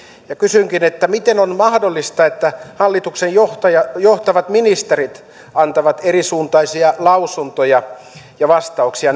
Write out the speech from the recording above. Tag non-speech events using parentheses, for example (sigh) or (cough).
kysynkin miten on mahdollista että hallituksen johtavat ministerit antavat erisuuntaisia lausuntoja ja vastauksia (unintelligible)